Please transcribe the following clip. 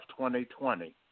2020